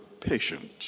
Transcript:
patient